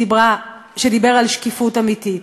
שדיבר על שקיפות אמיתית?